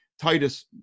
Titus